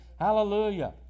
Hallelujah